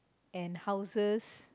and houses